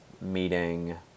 meeting